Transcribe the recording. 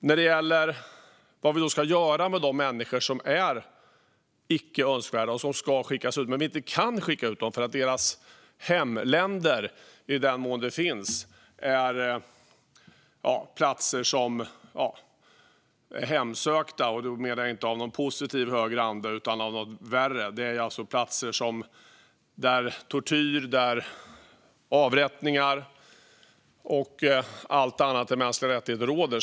Frågan är då vad vi ska göra med de människor som är icke önskvärda och ska skickas ut men inte kan skickas ut för att deras hemländer, i den mån sådana finns, är platser som är hemsökta - inte av någon positiv högre ande utan av något värre. Det är platser där tortyr och avrättningar sker och allt annat än mänskliga rättigheter råder.